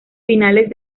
finales